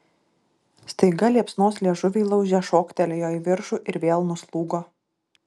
staiga liepsnos liežuviai lauže šoktelėjo į viršų ir vėl nuslūgo